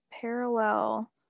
parallel